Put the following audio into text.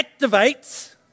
activates